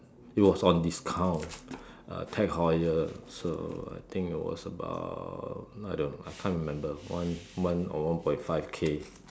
it was on discount uh Tag-Heuer so I think was about I don't I can't remember one one or one point five K